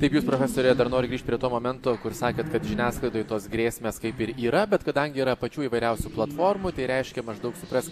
taip jūs profesore dar noriu grįžti prie to momento kur sakėt kad žiniasklaidoj tos grėsmės kaip ir yra bet kadangi yra pačių įvairiausių platformų tai reiškia maždaug suprask